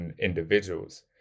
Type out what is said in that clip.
individuals